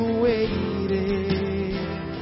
waiting